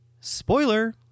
Spoiler